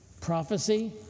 Prophecy